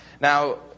Now